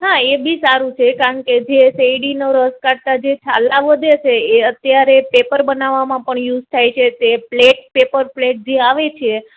હા એ બી સારુ છે એ કારણકે કે જે શેરડીનો રસ કાઢતા જે છાલા વધે છે એ અત્યારે પેપર બનાવામા પણ યુઝ થાય છે તે પ્લેટ પેપર પ્લેટ જે આવે છે